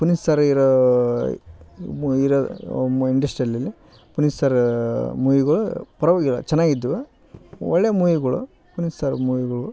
Puneeth sir ಇರೋ ಮು ಇರೋ ಇಂಡಸ್ಟ್ರೀಲಲ್ಲಿ ಪುನೀತ್ ಸರ್ ಮುವಿಗೂ ಪರವಾಗಿಲ್ಲ ಚೆನ್ನಾಗಿದ್ವು ಒಳ್ಳೆ ಮೂವಿಗಳು ಪುನೀತ್ ಸರ್ ಮೂವಿಗಳು